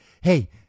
Hey